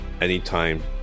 anytime